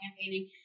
campaigning